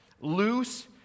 loose